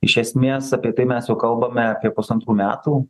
iš esmės apie tai mes jau kalbame apie pusantrų metų